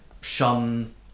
shun